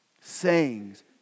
sayings